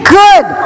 good